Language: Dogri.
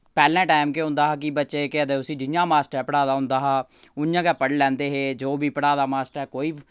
पैह्ले टाइम केह् होंदा हा कि बच्चे केह् आखदे उस्सी जि'यां मास्टर ने पढ़ाए दा होंदा हा उ'यां गै पढ़ी लैंदे हे जो बी पढ़ाए दा मास्टरै कोई